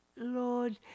lord